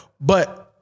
But-